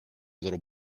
little